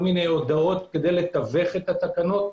מודעות כדי לתווך את התקנות,